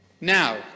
Now